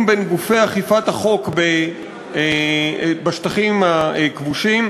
בין גופי אכיפת החוק בשטחים הכבושים,